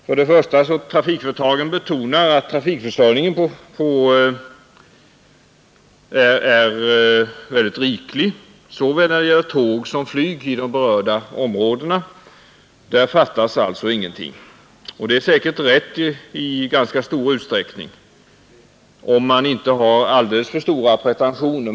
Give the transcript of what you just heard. För det första betonar företagen att trafikförsörjningen är riklig såväl när det gäller tåg som flyg i de berörda områdena. Där fattas alltså ingenting. Det är säkert rätt i viss utsträckning, om man inte har alldeles för stora pretentioner.